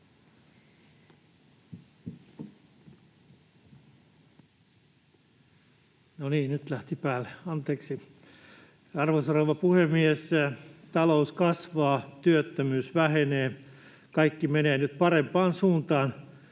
Arvoisa rouva puhemies! Talous kasvaa, työttömyys vähenee. Kaikki menee nyt parempaan suuntaan,